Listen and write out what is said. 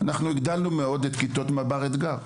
הגדלנו מאוד את כיתות מב״ר אתגר,